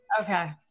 Okay